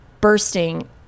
bursting